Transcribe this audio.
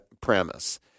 premise